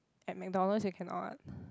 at McDonalds you cannot